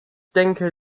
denke